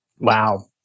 wow